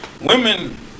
women